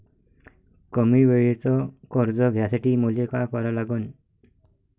कमी वेळेचं कर्ज घ्यासाठी मले का करा लागन?